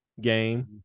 game